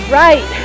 right